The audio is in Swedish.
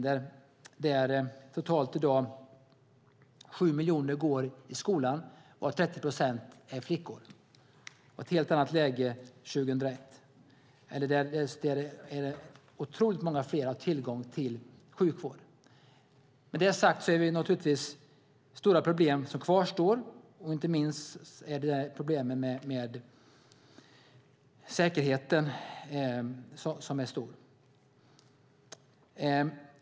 I dag går totalt sju miljoner barn i skolan, och 30 procent av dem är flickor. Det var ett helt annat läge 2001. Otroligt många fler har tillgång till sjukvård. Med detta sagt kvarstår naturligtvis stora problem, inte minst är det problem med säkerheten.